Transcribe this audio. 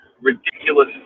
ridiculous